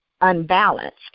unbalanced